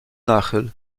nachyl